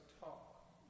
talk